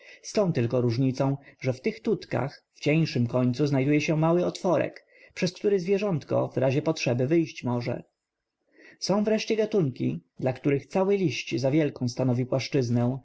tą tylko różnicą że w tych tutkach w cieńszym końcu znajduje się mały otworek przez który zwierzątko w razie potrzeby wyjść może są wreszcie gatunki dla których cały liść zawielką stanowi płasczyznę